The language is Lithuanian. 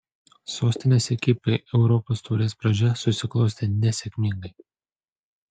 sostinės ekipai europos taurės pradžia susiklostė nesėkmingai